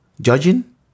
judging